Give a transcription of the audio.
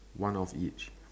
one of each